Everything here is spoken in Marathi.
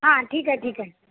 हां ठीक आहे ठीक आहे